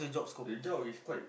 the job is quite